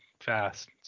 fast